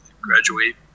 graduate